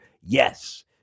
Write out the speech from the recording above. Yes